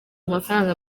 amafaranga